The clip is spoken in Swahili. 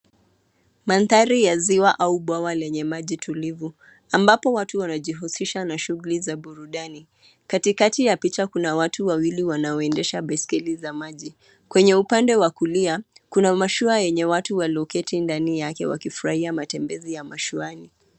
Mandhari ya ziwa au bwawa lenye maji tulivu, ambapo watu wanajihusisha na shughuli za burudani. Katikati ya picha kuna watu wawili wanaoendesha baiskeli za maji. Kwenye upande wa kulia kuna mashua yenye watu walioketi ndani yake wakifurahia matembezi ya mashuani.